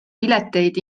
pileteid